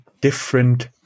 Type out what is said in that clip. different